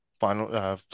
Final